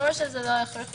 ברור שזה לא הכרחי.